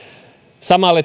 samalla